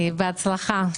בהצלחה.